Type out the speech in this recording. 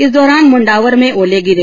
इस दौरान मुंडावर में ओले गिरे